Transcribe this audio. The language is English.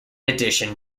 edition